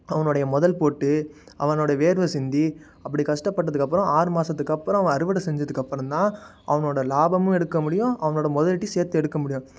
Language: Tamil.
அவனோடைய முதல் போட்டு அவனோட வேர்வை சிந்தி அப்படி கஷ்டப்பட்டதுக்கு அப்புறம் ஆறு மாதத்துக்கு அப்புறம் அவன் அறுவடை செஞ்சதுக்கு அப்புறம்தான் அவனோட லாபமும் எடுக்க முடியும் அவனோட முதலீட்டியும் சேர்த்து எடுக்க முடியும்